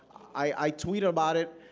i tweet about it,